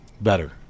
better